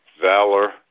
valor